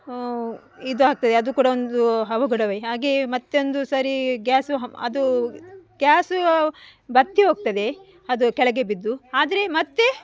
ಇದು ಆಗ್ತದೆ ಅದು ಕೂಡ ಒಂದು ಅವಘಡವೇ ಹಾಗೆಯೇ ಮತ್ತು ಒಂದು ಸರಿ ಗ್ಯಾಸು ಅದು ಗ್ಯಾಸು ಬತ್ತಿ ಹೋಗ್ತದೆ ಅದು ಕೆಳಗೆ ಬಿದ್ದು ಆದರೆ ಮತ್ತೆ